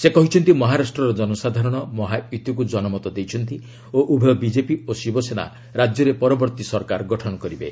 ସେ କହିଛନ୍ତି ମହାରାଷ୍ଟ୍ରର ଜନସାଧାରଣ ମହାୟୁତିକୁ ଜନମତ ଦେଇଛନ୍ତି ଓ ଉଭୟ ବିଜେପି ଓ ଶିବସେନା ରାଜ୍ୟରେ ପରବର୍ତ୍ତୀ ସରକାର ଗଠନ କରିବେ